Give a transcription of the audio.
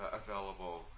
available